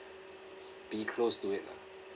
be close to it lah